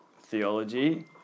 theology